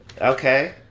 Okay